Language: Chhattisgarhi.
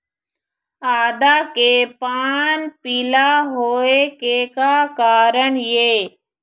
आदा के पान पिला होय के का कारण ये?